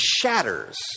shatters